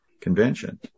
Convention